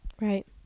Right